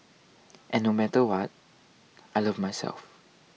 and no matter what I love myself